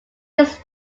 his